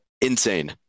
insane